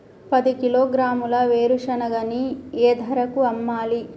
పది కిలోగ్రాముల వేరుశనగని ఏ ధరకు అమ్మాలి?